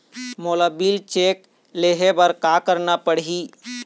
मोला bill check ले हे बर का करना पड़ही ही?